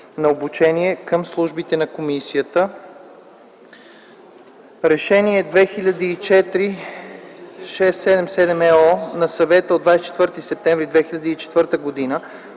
на обучение към службите на Комисията, Решение 2004/677/EО на Съвета от 24 септември 2004 г.